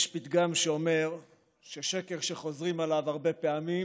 יש פתגם שאומר ששקר שחוזרים עליו הרבה פעמים